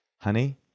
honey